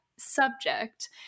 subject